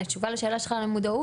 אז לתשובה על השאלה שלך על המודעות,